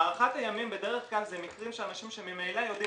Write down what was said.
הארכת הימים בדרך כלל זה מקרים שאנשים שממילא יודעים